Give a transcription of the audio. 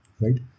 right